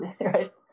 right